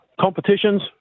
competitions